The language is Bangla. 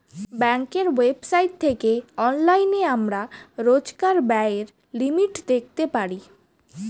ব্যাঙ্কের ওয়েবসাইট থেকে অনলাইনে আমরা রোজকার ব্যায়ের লিমিট দেখতে পারি